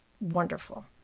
Wonderful